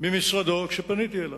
ממשרדו כשפניתי אליו.